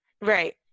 right